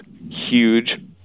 huge